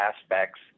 aspects